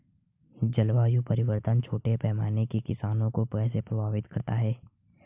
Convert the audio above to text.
जलवायु परिवर्तन छोटे पैमाने के किसानों को कैसे प्रभावित करता है?